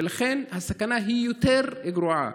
ולכן הסכנה היא יותר גרועה.